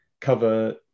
cover